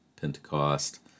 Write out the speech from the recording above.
Pentecost